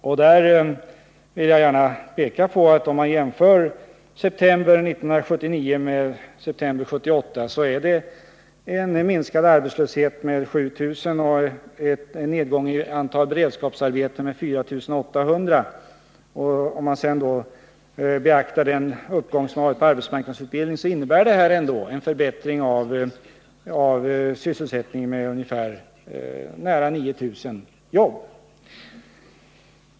I det sammanhanget vill jag gärna peka på att om vi jämför siffrorna för september 1979 med dem för september 1978, så kan vi notera en minskning av arbetslösheten med 7 000 och en nedgång i antalet beredskapsarbeten med 4 800. Om man till detta lägger den uppgång som skett i fråga om arbetsmarknadsutbildning, så kan vi konstatera att sysselsättningsläget förbättrats genom ett tillskott med nära 9 000 jobb.